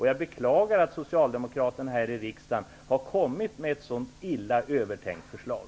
Jag beklagar att Socialdemokraterna här i riksdagen har kommit med ett så illa övertänkt förslag.